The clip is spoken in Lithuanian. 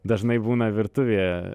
dažnai būna virtuvėje